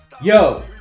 Yo